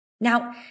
Now